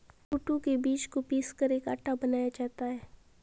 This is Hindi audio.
कूटू के बीज को पीसकर एक आटा बनाया जाता है